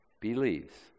Believes